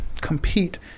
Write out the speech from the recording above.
compete